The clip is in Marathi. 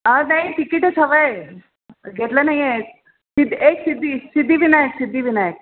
अहो नाही तिकीटच हवं आहे घेतलं नाही आहे सिद्धी एक सिद्धी सिद्धिविनायक सिद्धिविनायक